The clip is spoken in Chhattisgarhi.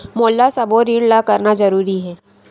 मोला सबो ऋण ला करना जरूरी हे?